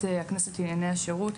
לוועדת הכנסת לענייני השירות,